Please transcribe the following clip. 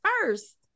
first